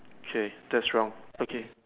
okay that's wrong okay